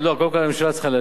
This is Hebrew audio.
קודם כול הממשלה צריכה לאשר,